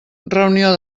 reunió